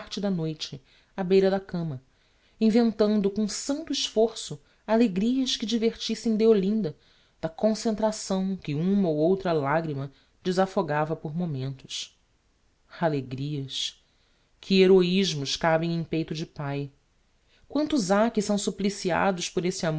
e parte da noite á beira da cama inventando com santo esforço alegrias que divertissem deolinda da concentração que uma ou outra lagrima desafogava por momentos alegrias que heroismos cabem em peito de pai quantos ha que são suppliciados por esse